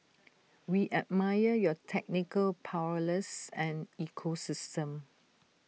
we admire your technical prowess and ecosystem